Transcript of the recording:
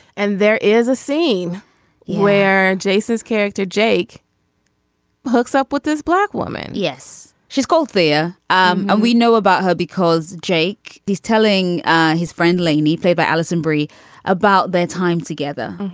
and there is a scene where jason's character jake hooks up with this black woman yes she's cold there. and we know about her because jake is telling his friend laney flavor allison aubrey about their time together.